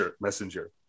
messenger